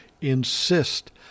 insist